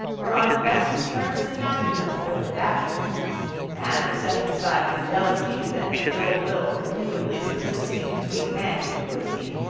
were on the best terms imaginable with the dashwoods and setting aside the jealousies and ill-will continually subsisting between fanny and lucy,